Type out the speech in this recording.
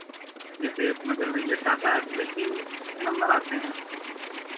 जैसे मतलब रिजल्ट आता है तो वैसे ही उसके नंबर आते हैं